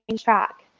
track